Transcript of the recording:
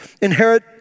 Inherit